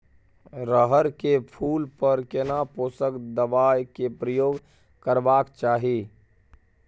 रहर के फूल पर केना पोषक दबाय के प्रयोग करबाक चाही?